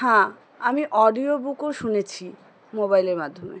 হ্যাঁ আমি অডিও বুকও শুনেছি মোবাইলের মাধ্যমে